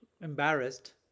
embarrassed